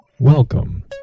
Welcome